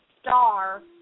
star